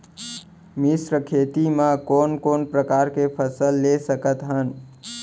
मिश्र खेती मा कोन कोन प्रकार के फसल ले सकत हन?